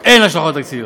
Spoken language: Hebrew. אין השלכות תקציביות,